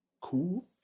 cool